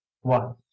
one